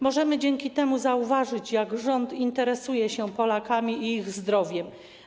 Możemy więc zauważyć, jak rząd interesuje się Polakami i ich zdrowiem.